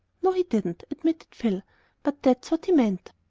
no, he didn't, admitted phil but that's what he meant.